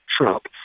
Trump